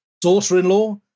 daughter-in-law